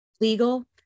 legal